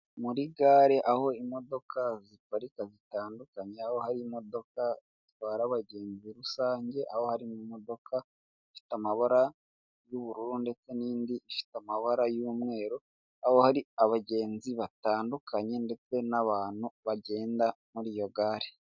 Muri gare aho imodoka ziparika zitandukanye aho hari imodoka zitwara abagenzi rusange, aho harimo imodoka ifite amabara y'ubururu ndetse n'indi ifite amabara y'umweru, aho hari abagenzi batandukanye ndetse n'abantu bagenda muri iyo gare.